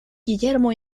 guillermo